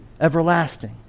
everlasting